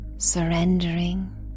Surrendering